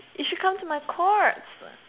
you should come to my course